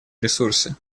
ресурсы